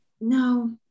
no